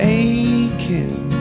aching